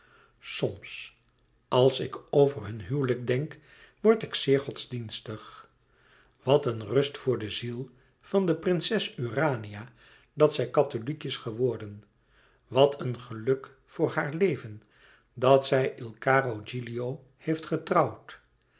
soms als ik over hun huwelijk denk word ik zeer godsdienstig wat een rust voor de ziel van de prinses urania dat zij katholiek is geworden wat een geluk voor haar leven dat zij il caro gilio heeft getrouwd